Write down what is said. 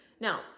now